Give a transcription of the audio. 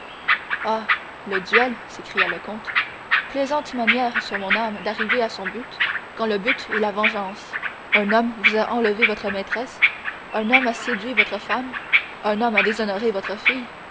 ah le duel s'écria le comte plaisante manière sur mon âme d'arriver à son but quand le but est la vengeance un homme vous a enlevé votre maîtresse un homme a séduit votre femme un homme a déshonoré votre fille